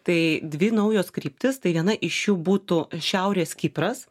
tai dvi naujos kryptys tai viena iš jų butų šiaurės kipras